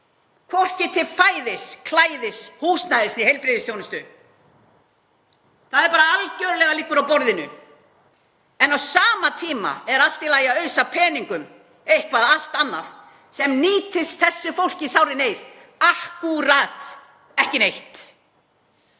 hvorki til fæðis, klæðis, húsnæðis né heilbrigðisþjónustu, það bara liggur algerlega á borðinu. En á sama tíma er allt í lagi að ausa peningum í eitthvað allt annað sem nýtist þessu fólki í sárri neyð akkúrat ekki neitt,